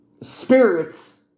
spirits